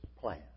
plan